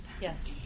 Yes